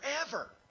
Forever